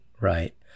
right